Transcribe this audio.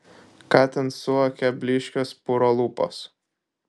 ką ten suokia blyškios puro lūpos